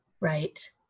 Right